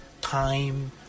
time